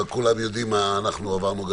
אבל כולם יודעים מה אנחנו עברנו גם